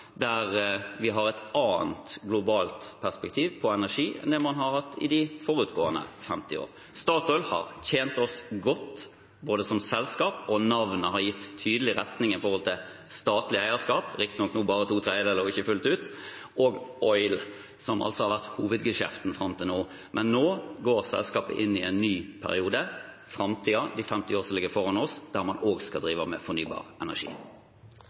der vi har et annet globalt perspektiv på energi enn det man har hatt i de forutgående 50 år. Statoil har tjent oss godt som selskap, og navnet har gitt en tydelig retning med tanke på statlig eierskap – riktignok nå bare med to tredjedeler og ikke fullt ut – og «oil», som har vært hovedgeskjeften fram til nå. Men nå går selskapet inn i en ny periode – framtiden, de 50 årene som ligger foran oss – der man også skal drive med fornybar energi.